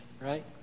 right